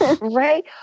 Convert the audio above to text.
Right